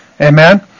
Amen